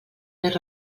més